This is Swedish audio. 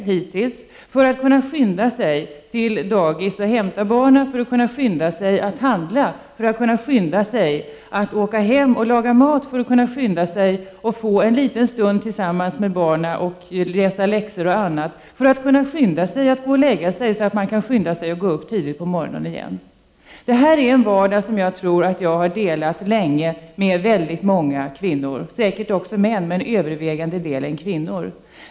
Man gör detta för att kunna skynda sig till dagis och hämta barnen, för att kunna skynda sig att handla, åka hem och laga mat och för att kunna skynda sig att få en liten stund tillsammans med barnen, kunna läsa läxor och annat och för att kunna skynda sig att gå och lägga sig så att man kan gå upp tidigt nästa morgon igen. Detta är en vardag som jag tror att jag sedan länge delar med väldigt många kvinnor, säkert också med män, men till övervägande delen med kvinnor.